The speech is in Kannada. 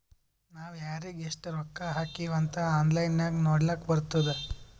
ನಾವ್ ಯಾರಿಗ್ ಎಷ್ಟ ರೊಕ್ಕಾ ಹಾಕಿವ್ ಅಂತ್ ಆನ್ಲೈನ್ ನಾಗ್ ನೋಡ್ಲಕ್ ಬರ್ತುದ್